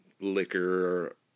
liquor